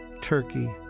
Turkey